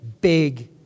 big